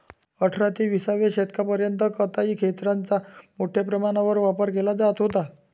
अठराव्या ते विसाव्या शतकापर्यंत कताई खेचराचा मोठ्या प्रमाणावर वापर केला जात होता